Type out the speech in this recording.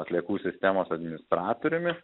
atliekų sistemos administratoriumi